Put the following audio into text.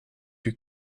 you